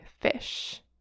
fish